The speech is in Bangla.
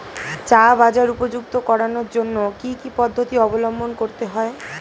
চা বাজার উপযুক্ত করানোর জন্য কি কি পদ্ধতি অবলম্বন করতে হয়?